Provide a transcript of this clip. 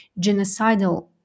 genocidal